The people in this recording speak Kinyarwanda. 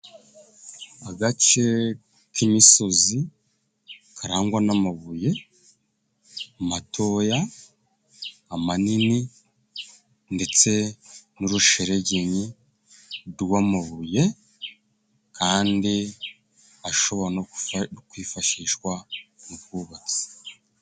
Agace k'imisozi karangwa n'amabuye matoya, amanini ndetse n'urusheregeni rw'amabuye kandi ashobora no kwifashishwa mu bwubatsi.